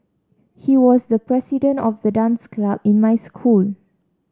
he was the president of the dance club in my school